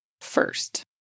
first